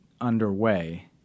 underway